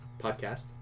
podcast